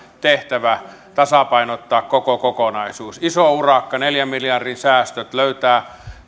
tehtävä tasapainottaa koko kokonaisuus iso urakka mikä meillä on edessämme neljän miljardin säästöt löytää